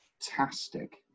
fantastic